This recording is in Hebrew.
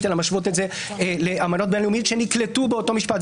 אלא משוות את זה לאמנות בין-לאומיות שנקלטו באותו משפט.